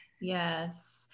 yes